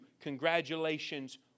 Congratulations